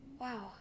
Wow